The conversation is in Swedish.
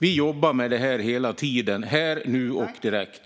Vi jobbar med det här hela tiden - här, nu och direkt.